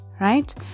right